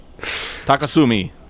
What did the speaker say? Takasumi